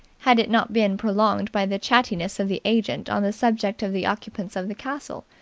had it not been prolonged by the chattiness of the agent on the subject of the occupants of the castle,